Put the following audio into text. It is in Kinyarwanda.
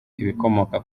ibikomoka